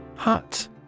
Hut